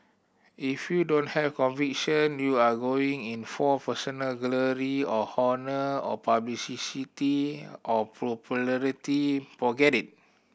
if you don't have conviction you are going in for personal glory or honour or or popularity forget it